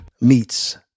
meets